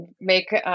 make